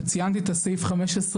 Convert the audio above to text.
וציינתי את סעיף 15 לחוק,